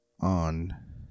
on